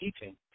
teaching